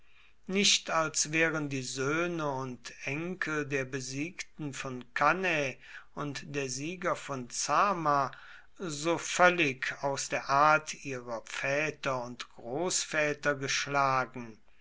nicht als wären die söhne und enkel der besiegten von cannae und der sieger von zama so völlig aus der art ihrer väter und großväter geschlagen